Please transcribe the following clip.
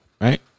right